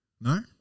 No